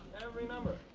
every number.